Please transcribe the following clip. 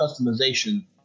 customization